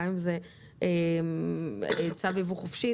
גם אם זה צו יבוא חופשי,